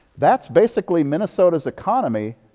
that's basically minnesota's economy